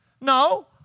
No